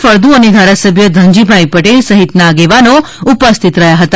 ફળદુ અને ધારાસભ્ય ધનજીભાઈ પટેલ સહિતના આગેવાનો ઉપસ્થિત હતા